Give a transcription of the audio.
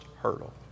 hurdle